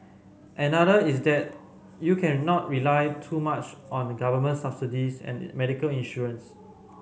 another is that you cannot rely too much on government subsidies and medical insurance